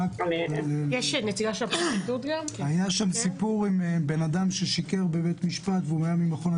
היה שם סיפור עם אדם ששיקר בבית המשפט והוא היה ממכון התקנים.